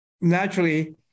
naturally